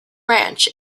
ranch